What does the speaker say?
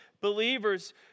believers